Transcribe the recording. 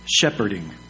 shepherding